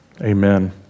Amen